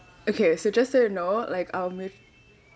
okay so just so you know like I'm with